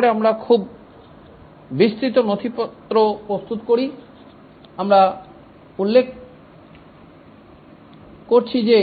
হতে পারে আমরা খুব বিস্তৃত নথিপত্র প্রস্তুত করি আমরা উল্লেখ করছি যে